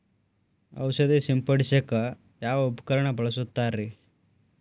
ಔಷಧಿ ಸಿಂಪಡಿಸಕ ಯಾವ ಉಪಕರಣ ಬಳಸುತ್ತಾರಿ?